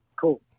Cool